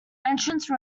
entrance